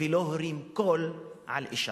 ולא הרים קול על אשה.